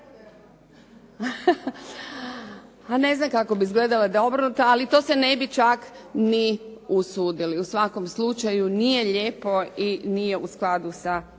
ne znam kako bi izgledale obrnuto ali to se ne bi čak ni usudili. U svakom slučaju nije lijepo i nije u skladu sa